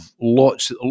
lots